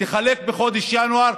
תחלק בחודש ינואר,